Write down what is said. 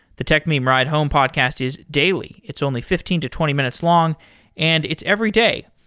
the techmeme ride home podcast is daily. it's only fifteen to twenty minutes long and it's every day.